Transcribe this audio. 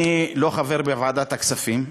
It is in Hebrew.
אני לא חבר בוועדת הכספים,